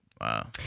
Wow